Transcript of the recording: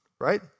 right